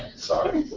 sorry.